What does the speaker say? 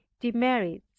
demerits